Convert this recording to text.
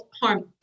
harm